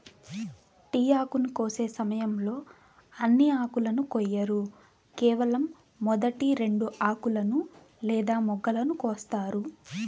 tea ఆకును కోసే సమయంలో అన్ని ఆకులను కొయ్యరు కేవలం మొదటి రెండు ఆకులను లేదా మొగ్గలను కోస్తారు